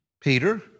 Peter